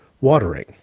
watering